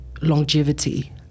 longevity